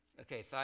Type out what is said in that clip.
Okay